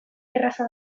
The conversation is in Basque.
erraza